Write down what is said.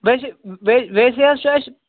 ویسے ویسے حظ چھُ اَسہِ